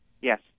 Yes